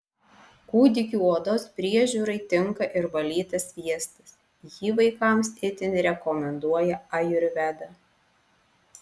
kūdikių odos priežiūrai tinka ir valytas sviestas jį vaikams itin rekomenduoja ajurveda